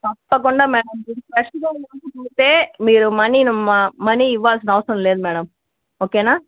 తప్పకుండా మ్యాడమ్ మీరు ఈ మనీ ని మనీ ఇవ్వాల్సిన అవసరం లేదు మేడం ఓకేనా